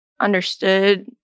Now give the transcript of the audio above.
understood